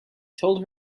told